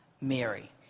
Mary